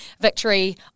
victory